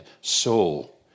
soul